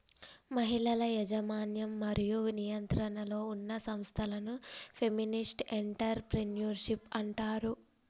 మహిళల యాజమాన్యం మరియు నియంత్రణలో ఉన్న సంస్థలను ఫెమినిస్ట్ ఎంటర్ ప్రెన్యూర్షిప్ అంటారు